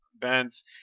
bands